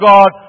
God